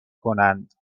کنند